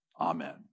Amen